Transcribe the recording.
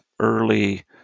early